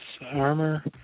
armor